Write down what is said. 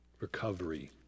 recovery